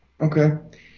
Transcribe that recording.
Okay